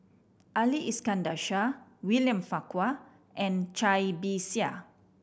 Ali Iskandar Shah William Farquhar and Cai Bixia